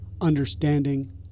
understanding